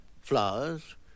flowers